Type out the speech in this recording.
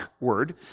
word